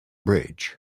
bridge